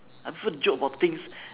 I prefer joke about things